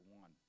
one